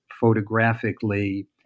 photographically